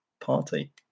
party